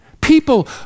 people